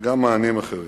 וגם מענים אחרים.